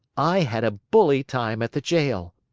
i had a bully time at the jail.